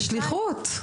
בשליחות.